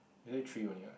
you say three only what